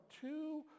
two